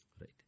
Right